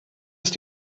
ist